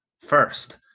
First